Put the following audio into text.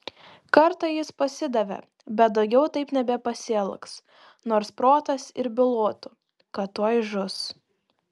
kartą jis pasidavė bet daugiau taip nebepasielgs nors protas ir bylotų kad tuoj žus